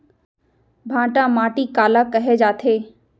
भांटा माटी काला कहे जाथे?